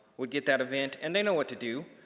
would get that event and they know what to do.